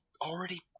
already